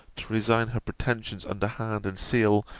to resign her pretensions under hand and seal,